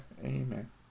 amen